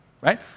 right